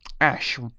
ash